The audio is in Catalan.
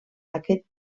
aquest